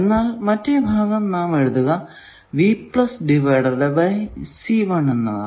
എന്നാൽ മറ്റേ ഭാഗം നാം എഴുതുക എന്നതാണ്